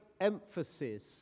emphasis